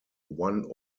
one